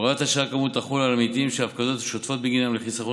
הוראת השעה כאמור תחול על עמיתים שההפקדות השוטפות בגינם לחיסכון